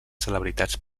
celebritats